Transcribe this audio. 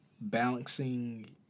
Balancing